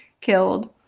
killed